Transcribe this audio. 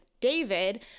David